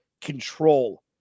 control